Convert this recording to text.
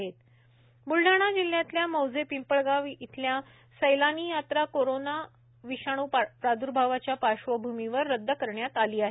सैलानी यात्रा ब्लडाणा जिल्ह्यातल्या मौजे पिंपळगाव इथली सैलानी यात्रा कोरोना विषाणू प्रादुर्भावाच्या पार्शवभूमीवर रद्द करण्यात आली आहे